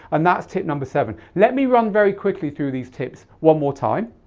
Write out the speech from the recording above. and that's tip number seven. let me run very quickly through these tips one more time.